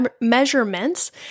measurements